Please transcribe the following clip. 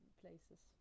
places